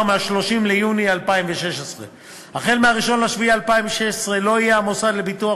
מ-30 ביוני 2016. מ-1 ביולי 2016 לא יהיה המוסד לביטוח